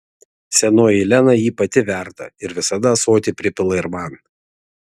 senoji lena jį pati verda ir visada ąsotį pripila ir man